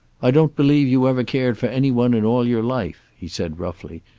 i don't believe you ever cared for any one in all your life, he said roughly.